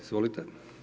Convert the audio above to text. Izvolite.